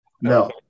No